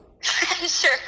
Sure